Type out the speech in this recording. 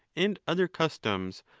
and other customs,